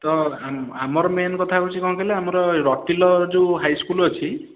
ତ ଆମ ଆମର ମେନ୍ କଥା ହେଉଛି କ'ଣ କହିଲେ ଆମର ରଟିଲ ଯେଉଁ ହାଇ ସ୍କୁଲ୍ ଅଛି